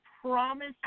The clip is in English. promise